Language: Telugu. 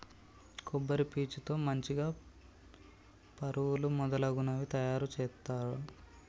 కొబ్బరి పీచు తో మంచిగ పరుపులు మొదలగునవి తాయారు చేద్దాం